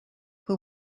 who